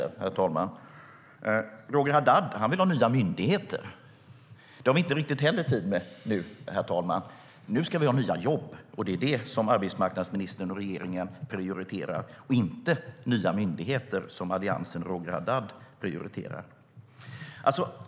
Roger Haddad vill ha nya myndigheter. Det har vi inte riktigt heller tid med nu, herr talman. Nu ska vi ha nya jobb, och det är vad arbetsmarknadsministern och regeringen prioriterar - inte nya myndigheter, som Alliansen och Roger Haddad prioriterar.